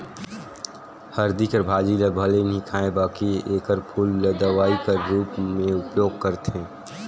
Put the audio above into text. हरदी कर भाजी ल भले नी खांए बकि एकर फूल ल दवई कर रूप में उपयोग करथे